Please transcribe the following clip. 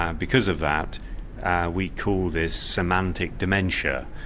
um because of that we call this semantic dementia.